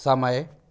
समय